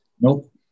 Nope